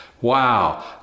Wow